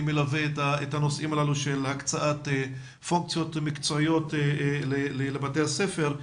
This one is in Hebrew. מלווה את הנושאים הללו של הקצאת פונקציות מקצועיות לבתי הספר,